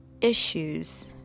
issues